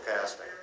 casting